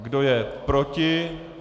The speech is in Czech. Kdo je proti?